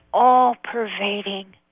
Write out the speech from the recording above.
all-pervading